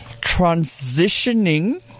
transitioning